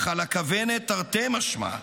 אך על הכוונת, תרתי משמע,